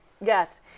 Yes